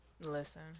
Listen